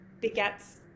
begets